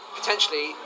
potentially